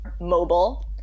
mobile